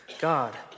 God